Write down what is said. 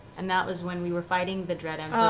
and that was when we were fighting the dread